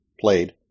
played